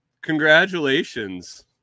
Congratulations